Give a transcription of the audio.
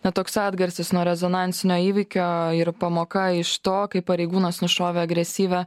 na toks atgarsis nuo rezonansinio įvykio ir pamoka iš to kaip pareigūnas nušovė agresyvią